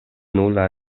nula